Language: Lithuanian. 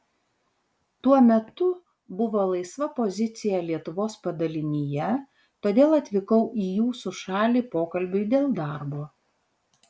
tuo metu buvo laisva pozicija lietuvos padalinyje todėl atvykau į jūsų šalį pokalbiui dėl darbo